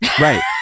Right